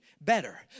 better